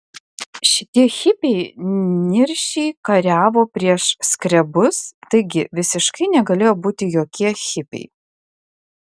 šitie hipiai niršiai kariavo prieš skrebus taigi visiškai negalėjo būti jokie hipiai